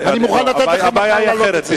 הבעיה היא אחרת.